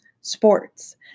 sports